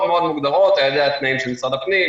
מאוד מוגדרות אלה התנאים של משרד הפנים,